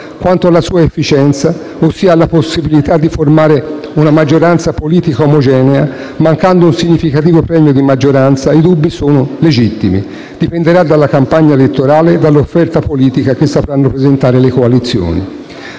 quanto alla sua efficienza, ossia alla possibilità di formare una maggioranza politica omogenea mancando un significativo premio di maggioranza, i dubbi sono legittimi: dipenderà dalla campagna elettorale e dall'offerta politica che sapranno presentare le coalizioni.